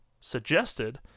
suggested